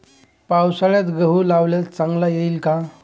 पावसाळ्यात गहू लावल्यास चांगला येईल का?